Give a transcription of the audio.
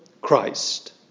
Christ